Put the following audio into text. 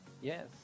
yes